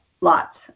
lots